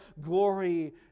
glory